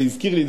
זה הזכיר לי,